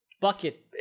bucket